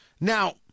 Now